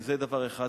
זה דבר אחד.